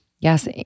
Yes